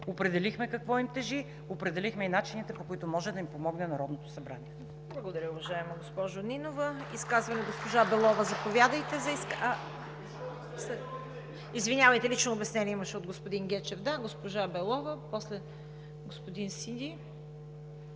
определихме какво им тежи, определихме и начините, по които може да им помогне Народното събрание.